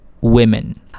women